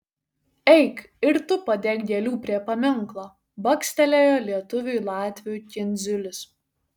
eik ir tu padėk gėlių prie paminklo bakstelėjo lietuviui latvių kindziulis